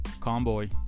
Convoy